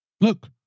Look